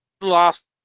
last